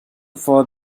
for